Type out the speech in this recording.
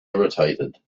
irritated